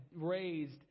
raised